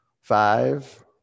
Five